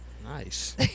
Nice